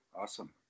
Awesome